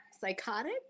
psychotic